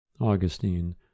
Augustine